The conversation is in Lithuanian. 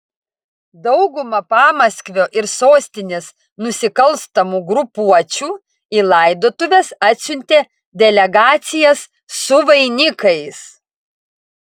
dauguma pamaskvio ir sostinės nusikalstamų grupuočių į laidotuves atsiuntė delegacijas su vainikais